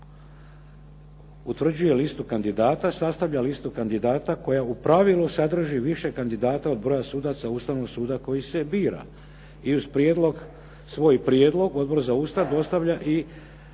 utvrđuje listu kandidata, sastavlja listu kandidata koja u pravilu sadrži više kandidata od broja sudaca Ustavnog suda koji se bira i uz prijedlog, svoj prijedlog Odbor za Ustav dostavlja i